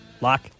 Lock